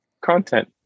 content